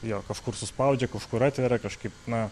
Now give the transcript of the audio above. jo kažkur suspaudžia kažkur atveria kažkaip na